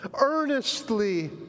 Earnestly